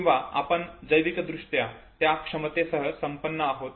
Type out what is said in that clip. किंवा आपण जैविकदृष्ट्या त्या क्षमतेसह संपन्न आहोत